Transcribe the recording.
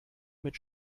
mit